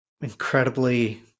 incredibly